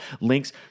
links